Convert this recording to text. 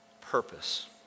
Purpose